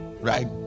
Right